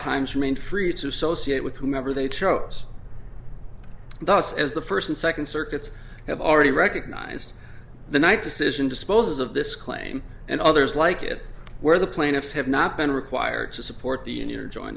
times remain fruits associate with whomever they chose thus as the first and second circuits have already recognized the night decision disposes of this claim and others like it where the plaintiffs have not been required to support the inner join